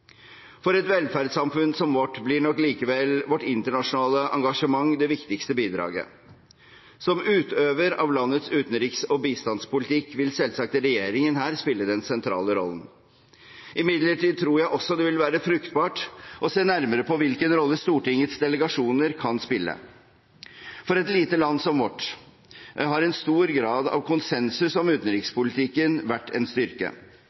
For et velferdssamfunn som vårt blir nok likevel vårt internasjonale engasjement det viktigste bidraget. Som utøver av landets utenriks- og bistandspolitikk vil selvsagt regjeringen her spille den sentrale rollen. Imidlertid tror jeg også det vil være fruktbart å se nærmere på hvilken rolle Stortingets delegasjoner kan spille. For et lite land som vårt har en stor grad av konsensus om utenrikspolitikken vært en styrke.